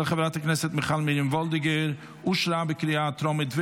של חברת הכנסת מיכל מרים וולדיגר אושרה בקריאה טרומית,